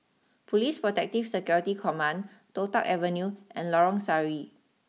police Protective Security Command Toh Tuck Avenue and Lorong Sari